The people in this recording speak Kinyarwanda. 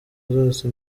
zose